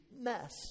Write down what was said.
mess